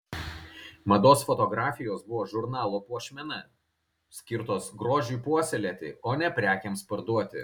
mados fotografijos buvo žurnalo puošmena skirtos grožiui puoselėti o ne prekėms parduoti